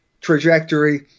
trajectory